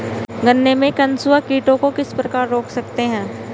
गन्ने में कंसुआ कीटों को किस प्रकार रोक सकते हैं?